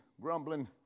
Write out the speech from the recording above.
grumbling